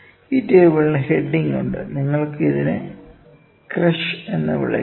ഈ ടേബിളിനു ഹെഡിങ് ഉണ്ട് നിങ്ങൾക്ക് ഇതിനെ ക്രഷ് എന്ന് വിളിക്കാം